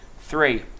three